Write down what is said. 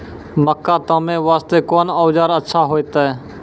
मक्का तामे वास्ते कोंन औजार अच्छा होइतै?